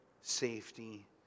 safety